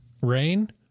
Rain